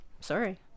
Sorry